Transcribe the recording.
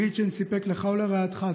מילצ'ן סיפק לך ולרעייתך,